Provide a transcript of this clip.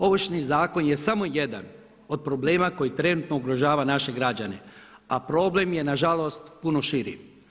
Ovršni zakon je samo jedan od problema koji trenutno ugrožava naše građane, a problem je nažalost puno širi.